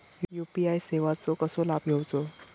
UPI सेवाचो कसो लाभ घेवचो?